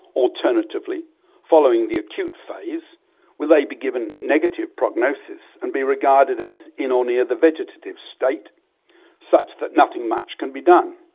alternatively following the acute-phase will they be given negative prognoses and be regarded as, in or near the vegetative state such that nothing much can be done?